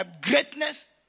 greatness